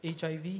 HIV